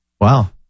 Wow